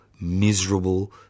miserable